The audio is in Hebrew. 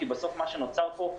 כי בסוף מה שנוצר פה,